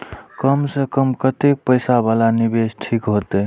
कम से कम कतेक पैसा वाला निवेश ठीक होते?